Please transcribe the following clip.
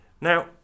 Now